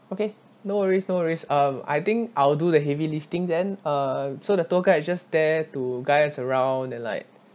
okay no worries no worries uh I think I'll do the heavy lifting then uh so the tour guide will just there to guides around then like